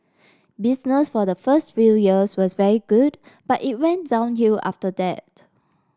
business for the first few years was very good but it went downhill after that